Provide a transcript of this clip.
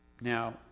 Now